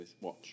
watch